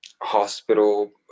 hospital